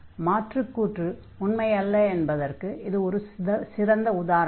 மாற்றுக்கூற்று உண்மையல்ல என்பதற்கு இது ஓரு சிறந்த உதாரணம்